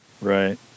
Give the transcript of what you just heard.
Right